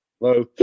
Hello